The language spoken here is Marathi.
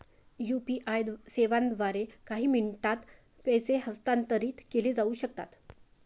यू.पी.आई सेवांद्वारे काही मिनिटांत पैसे हस्तांतरित केले जाऊ शकतात